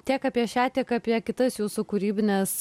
tiek apie šią tiek apie kitas jūsų kūrybines